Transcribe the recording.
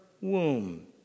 womb